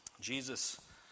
Jesus